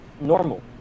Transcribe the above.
normal